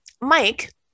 Mike